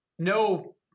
no